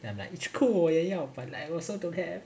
then I'm like it's cool 我也要 but like also don't have